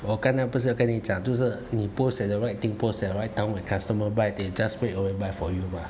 我刚才不是跟你讲就是你 post at the right thing post at the right time the customer buy they just straight away buy from you mah